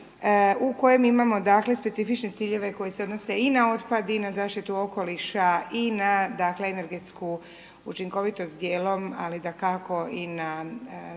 u kojem imamo dakle specifične ciljeve koji se odnose i na otpad i na zaštitu okoliša i na dakle, energetsku učinkovitost dijelom, ali dakako i na dakle